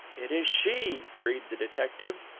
it is she, breathed the detective,